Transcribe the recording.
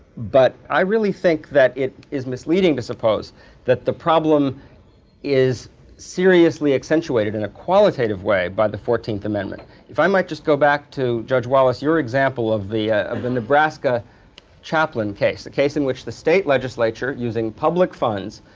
but i really think that it is misleading to suppose that the problem is seriously accentuated in a qualitative way by the fourteenth amendment. if i might just go back to, judge wallace, your example of the of the nebraska chaplain case, the case in which the state legislature, using public funds,